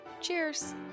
cheers